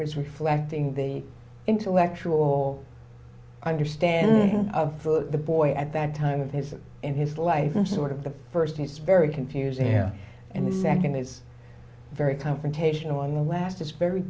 was reflecting the intellectual or understanding of the boy at that time of his and his life in sort of the first it's very confusing here and the second is very confrontational in the last it's very